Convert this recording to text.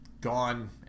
gone